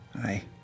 Hi